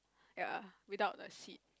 ya without the seat